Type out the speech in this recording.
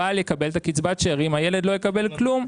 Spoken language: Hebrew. הבעל יקבל את קצבת השארים, הילד לא יקבל כלום.